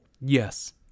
Yes